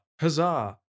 huzzah